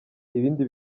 ibindi